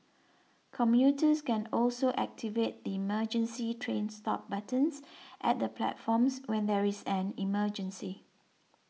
commuters can also activate the emergency train stop buttons at the platforms when there is an emergency